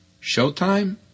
Showtime